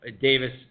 Davis